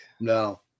No